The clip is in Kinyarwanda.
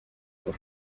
and